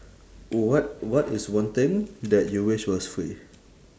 what what is one thing that you wish was free